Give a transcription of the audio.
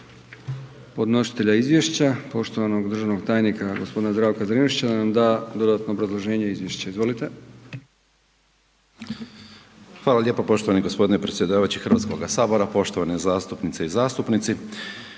Hvala lijepo poštovani gospodine predsjedavajući Hrvatskoga sabora. Poštovane zastupnice i zastupnici,